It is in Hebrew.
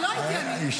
זה לא הייתי אני.